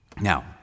Now